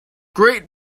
great